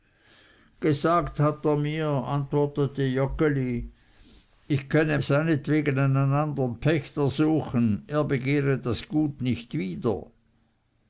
gesagt hat er mir antwortete joggeli ich könne seinetwegen einen andern pächter suchen er begehre das gut nicht wieder